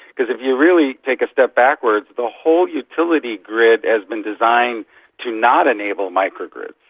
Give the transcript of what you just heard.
because if you really take a step backwards, the whole utility grid has been designed to not enable micro-grids.